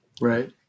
right